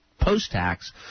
post-tax